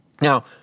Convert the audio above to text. Now